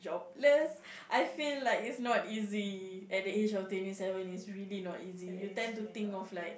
let's I feel like it's not easy at the age of twenty seven it's really not easy you tend to think of like